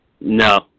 No